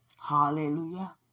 Hallelujah